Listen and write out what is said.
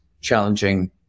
challenging